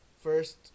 first